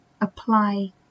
apply